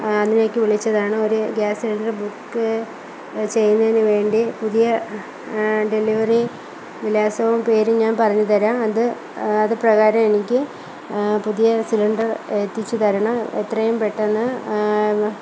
അതിലേക്ക് വിളിച്ചതാണ് ഒരു ഗ്യാസ് സിലണ്ടര് ബുക്ക് ചെയ്യുന്നതിനുവേണ്ടി പുതിയ ഡെലിവറി വിലാസവും പേരും ഞാന് പറഞ്ഞു തരാം അത് അത് പ്രകാരം എനിക്ക് പുതിയ സിലിണ്ടര് എത്തിച്ചുതരണം എത്രയും പെട്ടെന്ന്